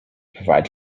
provide